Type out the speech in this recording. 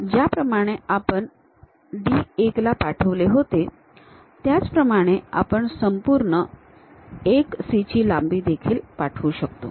ज्याप्रमाणे आपण D 1 ला पाठवले होते त्याचप्रमाणे आपण संपूर्ण 1 C ची लांबी देखील पाठवू शकतो